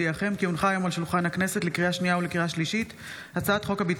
כנסת לח / מושב שני / ישיבה קצ"ח / כ"ב בתמוז